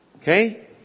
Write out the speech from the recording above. Okay